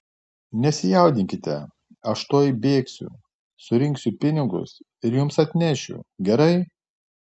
nesijaudinkite aš tuoj bėgsiu surinksiu pinigus ir jums atnešiu gerai